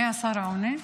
מי השר העונה?